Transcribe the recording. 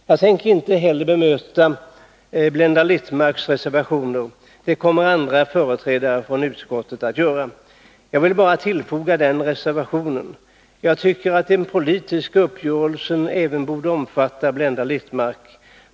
Jag tänker inte heller bemöta Blenda Littmarcks reservationer. Det kommer andra företrädare för utskottet att göra. Jag vill bara tillfoga följande reservation: Jag tycker att den politiska uppgörelsen även borde omfatta Blenda Littmarck.